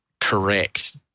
correct